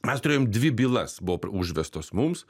mes turėjom dvi bylas buvo užvestos mums